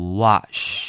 wash